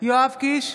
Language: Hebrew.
יואב קיש,